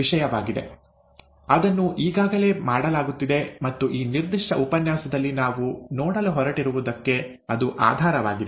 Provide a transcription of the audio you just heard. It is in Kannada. ವಿಷಯವಾಗಿದೆ ಅದನ್ನು ಈಗಾಗಲೇ ಮಾಡಲಾಗುತ್ತಿದೆ ಮತ್ತು ಈ ನಿರ್ದಿಷ್ಟ ಉಪನ್ಯಾಸದಲ್ಲಿ ನಾವು ನೋಡಲು ಹೊರಟಿರುವುದಕ್ಕೆ ಅದು ಆಧಾರವಾಗಿದೆ